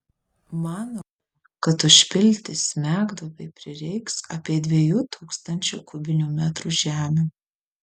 manoma kad užpilti smegduobei prireiks apie dviejų tūkstančių kubinių metrų žemių